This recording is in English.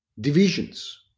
divisions